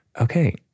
okay